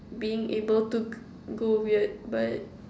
being able to go weird but